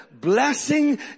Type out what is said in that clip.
Blessing